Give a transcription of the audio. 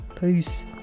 Peace